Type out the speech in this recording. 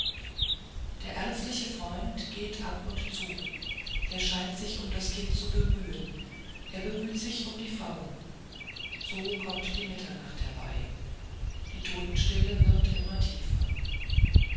der ärztliche freund geht ab und zu er scheint sich um das kind zu bemühen er bemüht sich um die frauen so kommt die mitternacht herbei die totenstille wird immer tiefer